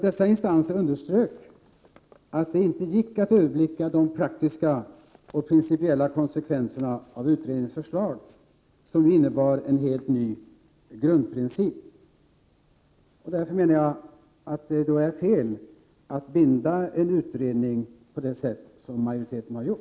Dessa instanser underströk att det inte gick att överblicka de praktiska och principiella konsekvenserna av utredningens förslag, som innebar en helt ny grundprincip. Därför menar vi att det är fel att binda en utredning på det sätt som majoriteten gör.